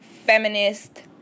Feminist